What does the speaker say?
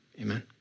Amen